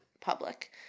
public